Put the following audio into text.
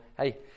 Hey